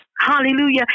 Hallelujah